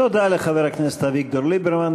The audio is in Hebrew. תודה לחבר הכנסת אביגדור ליברמן.